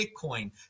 Bitcoin